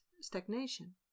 stagnation